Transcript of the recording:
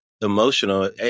emotional